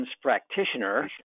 practitioner